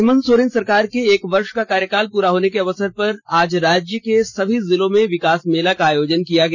हेमंत सोरेन सरकार के एक वर्ष पूरा होने के अवसर पर आज राज्य के सभी जिलों में विकास मेला का आयोजन किया गया